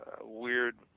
weird